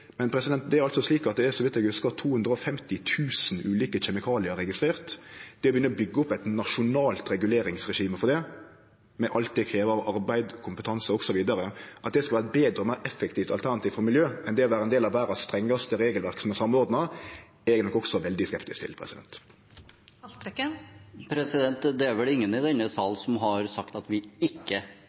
det er altså slik at det, så vidt eg hugsar, er registrert 250 000 ulike kjemikaliar. At det å begynne å byggje opp eit nasjonalt reguleringsregime for det, med alt det krev av arbeid, kompetanse osv., skal vere eit betre og meir effektivt alternativ for miljøet enn det å vere ein del av verdas strengaste regelverk som er samordna, er eg nok også veldig skeptisk til. Det er vel ingen i denne sal som har sagt at vi